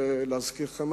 שלהזכירכם,